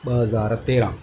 ॿ हज़ार तेरहां